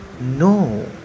No